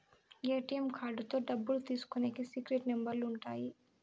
ATM కార్డుతో డబ్బులు తీసుకునికి సీక్రెట్ నెంబర్లు ఉంటాయి